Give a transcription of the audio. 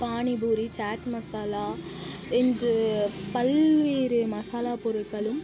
பானிபூரி சாட் மசாலா என்று பல்வேறு மசாலா பொருட்களும்